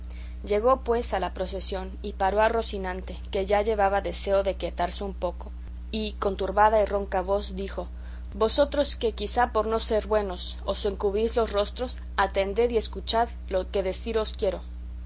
llegó pues a la procesión y paró a rocinante que ya llevaba deseo de quietarse un poco y con turbada y ronca voz dijo vosotros que quizá por no ser buenos os encubrís los rostros atended y escuchad lo que deciros quiero